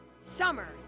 Summer